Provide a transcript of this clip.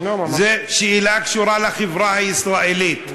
זו שאלה שקשורה לחברה הישראלית.